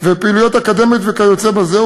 ופעילויות אקדמיות וכיוצא בזה,